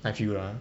I feel lah